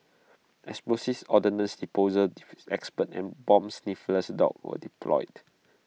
explosives ordnance disposal experts and bomb sniffer dogs were deployed